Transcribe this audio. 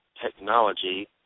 technology